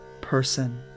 person